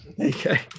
Okay